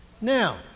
Now